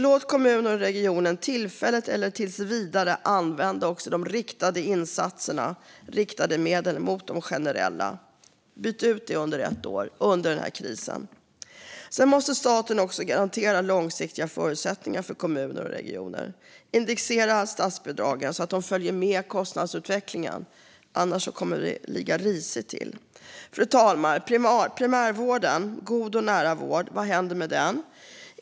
Låt kommuner och regioner - tillfälligt eller tills vidare - använda riktade medel som generella! Byt ut det under ett år, under denna kris! Sedan måste staten garantera långsiktiga förutsättningar för kommuner och regioner. Indexera statsbidragen så att de följer kostnadsutvecklingen! Annars kommer vi att ligga risigt till. Fru talman! När det gäller primärvården - en god och nära vård - undrar jag vad som händer med den.